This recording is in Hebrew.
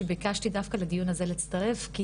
שביקשתי דווקא לדיון הזה לצרף אותה,